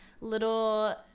little